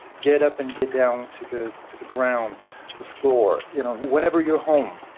get up and get down to the to the ground to the floor. you know whenever your home,